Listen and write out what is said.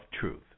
truth